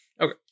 Okay